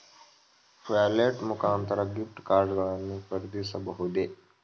Wallet ಮುಖಾಂತರ gift card ಗಳನ್ನು ಖರೀದಿಸಬಹುದೇ?